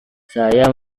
saya